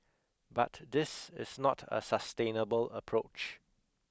but this is not a sustainable approach